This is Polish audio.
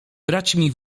braćmi